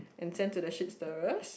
and send to the shit stirrers